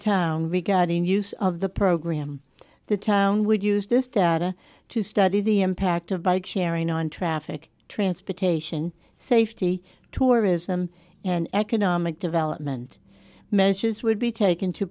town regarding use of the program the town would use this data to study the impact of bike sharing on traffic transportation safety tourism and economic development measures would be taken to